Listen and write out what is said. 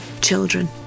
children